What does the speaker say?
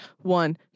one